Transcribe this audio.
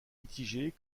mitigées